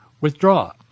withdraw